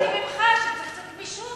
אני למדתי ממך שצריך קצת גמישות,